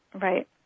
Right